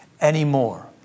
anymore